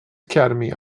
academy